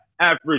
Average